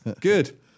good